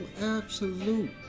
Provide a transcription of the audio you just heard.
absolute